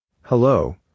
Hello